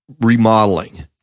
remodeling